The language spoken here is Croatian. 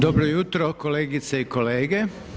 Dobro jutro kolegice i kolege.